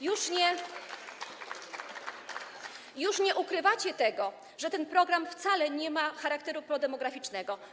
Już nie ukrywacie tego, że ten program wcale nie ma charakteru prodemograficznego.